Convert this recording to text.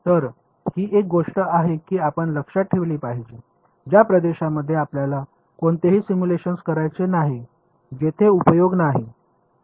तर ही एक गोष्ट आहे जी आपण लक्षात ठेवली पाहिजे ज्या प्रदेशांमध्ये आपल्याला कोणतेही सिम्युलेशन करायचे नाही जेथे उपयोग नाही